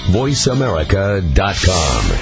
voiceamerica.com